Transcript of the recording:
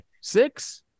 Six